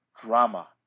drama